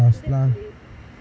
was that late